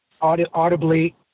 audibly